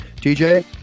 TJ